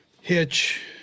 Hitch